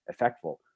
effectful